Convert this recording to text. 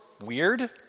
weird